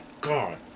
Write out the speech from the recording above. God